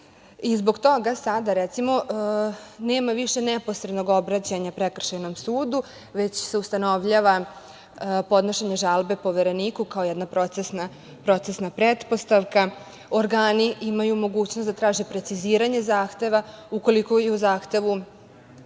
Zbog toga sad recimo nema više neposrednog obraćanja Prekršajnom sudu, već se ustanovljava podnošenje žalbe Povereniku kao jedna procesna pretpostavka. Organi imaju mogućnost da traže preciziranje zahteva ukoliko je u zahtevu